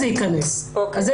זה ייכנס.